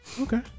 Okay